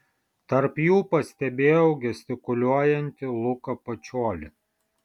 tarp jų pastebėjau gestikuliuojantį luką pačiolį